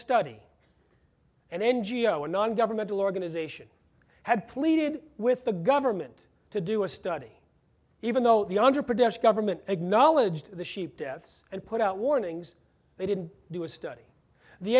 study and n g o s non governmental organisation had pleaded with the government to do a study even though the under protest government acknowledged the sheep deaths and put out warnings they didn't do a study the